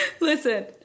Listen